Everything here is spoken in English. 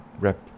rep